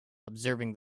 observing